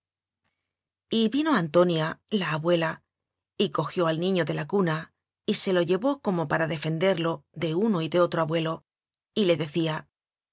quín y vino antonia la abuela y cojió al niño de la cuna y se lo llevó como para defender lo de uno y de otro abuelo y le decía